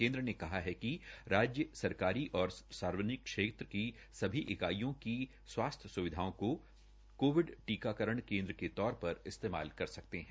केन्द्र ने कहा है कि राज्य सरकारी और सार्वजनिक क्षेत्र की सभी इकाइयों की स्वास्थ्य सुवधिाओं को कोविड टीकाकरण केन्द्र के तौर पर इस्तेमाल कर सकते है